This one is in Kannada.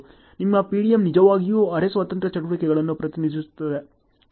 ನಿಮ್ಮ PDM ನಿಜವಾಗಿಯೂ ಅರೆ ಸ್ವತಂತ್ರ ಚಟುವಟಿಕೆಗಳನ್ನು ಪ್ರತಿನಿಧಿಸುತ್ತದೆ